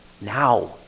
now